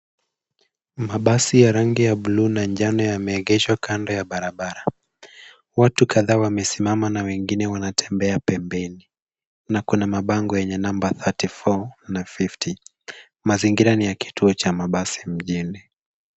Mabasi ya rangi ya buluu na njano yameegeshwa kando ya barabara. Watu kadhaa wamesimama na wengine wanatembea pembeni na kuna mabango yenye namba thirty four [cs na fifty . Mazingira ni ya kituo cha mabasi mjini.